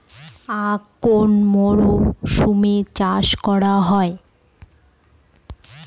আখ কোন মরশুমে চাষ করা হয়?